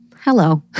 hello